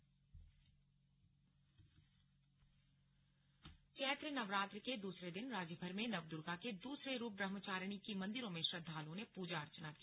slug Chaitra Navratri Chaitra Navratri के दूसरे दिन राज्यभर में नव दुर्गा के दूसरे रूप ब्रह्मचारिणी की मंदिरों में श्रद्वालुओं ने पूजा अर्चना की